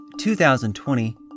2020